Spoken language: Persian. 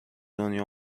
دنیا